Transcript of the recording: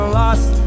lost